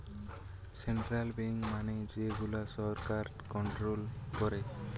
central bank মানে যে গুলা সরকার কন্ট্রোল করে